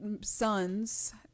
sons